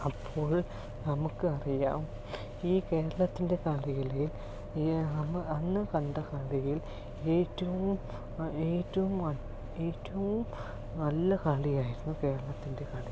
അപ്പോൾ നമുക്ക് അറിയാം ഈ കേരളത്തിന്റെ കളികളിൽ അന്ന് അന്ന് കണ്ട കളിയിൽ ഏറ്റവും ഏറ്റവും ഏറ്റവും നല്ല കളിയായിരുന്നു കേരളത്തിന്റെ കളി